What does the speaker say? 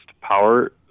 power